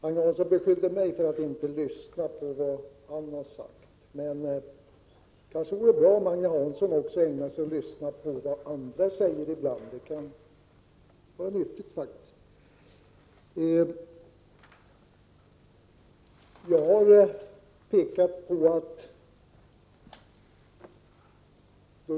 Agne Hansson beskyllde mig för att inte ha lyssnat på vad han sagt, men det kanske vore bra om Agne Hansson själv lyssnade på vad andra säger. Det kan faktiskt vara nyttigt ibland.